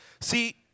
See